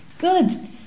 Good